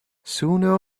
sooner